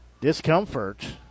discomfort